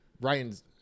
Ryan's